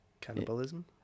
cannibalism